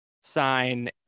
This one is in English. sign